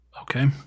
Okay